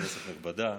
כנסת נכבדה,